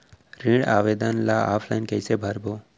ऋण आवेदन ल ऑफलाइन कइसे भरबो?